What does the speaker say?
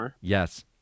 Yes